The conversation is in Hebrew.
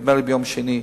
נדמה לי ביום שני,